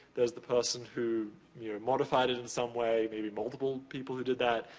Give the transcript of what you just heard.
there's the person who modified it in some way, maybe multiple people who did that,